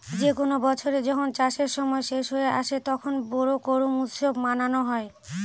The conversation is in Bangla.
যে কোনো বছরে যখন চাষের সময় শেষ হয়ে আসে, তখন বোরো করুম উৎসব মানানো হয়